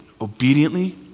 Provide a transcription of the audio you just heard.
obediently